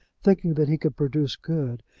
thinking that he could produce good,